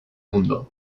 mundo